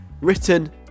written